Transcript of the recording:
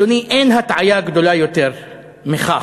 אדוני, אין הטעיה גדולה יותר מכך.